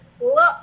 look